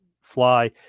fly